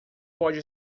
pode